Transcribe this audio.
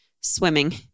swimming